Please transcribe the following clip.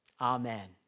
Amen